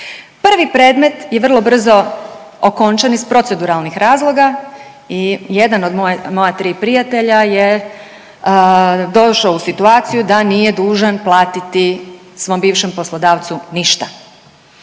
Prvi predmet je vrlo brzo okončan iz proceduralnih razloga i jedan od moja tri prijatelja je došao u situaciju da nije dužan platiti svom bivšem poslodavcu ništa.